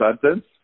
sentence